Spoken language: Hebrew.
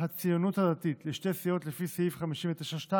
הציונות הדתית לשתי סיעות לפי סעיף 59(2)